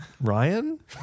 Ryan